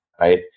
right